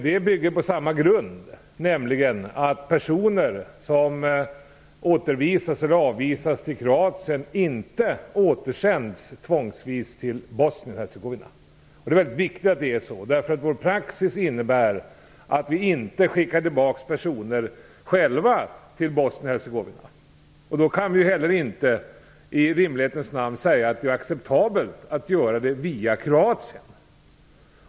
Detta bygger på samma grund, nämligen att personer som återvisas eller avvisas till Kroatien inte återsänds tvångsvis till Det är väldigt viktigt att det är så, därför att vår praxis innebär att vi själva inte skickar tillbaka personer till Bosnien-Hercegovina. Därför kan vi heller inte rimligen säga att det är acceptabelt att göra det via Kroatien.